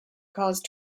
cause